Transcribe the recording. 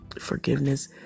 Forgiveness